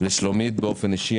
לשלומית באופן אישי,